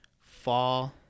fall